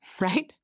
right